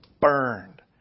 burned